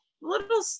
little